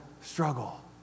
struggle